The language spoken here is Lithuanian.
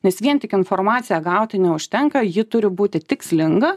nes vien tik informaciją gauti neužtenka ji turi būti tikslinga